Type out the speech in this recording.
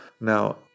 Now